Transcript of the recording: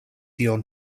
ion